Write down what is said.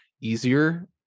easier